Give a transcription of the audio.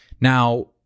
Now